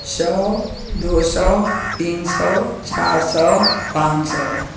सौ दो सौ तीन सौ चार सौ पाँच सौ